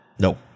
no